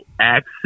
access